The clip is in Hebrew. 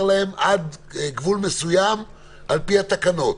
מותר להם עד גבול מסוים על פי התקנות.